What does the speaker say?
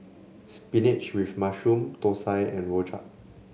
Spinach with Mushroom Thosai and Rojak